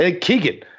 Keegan